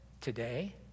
today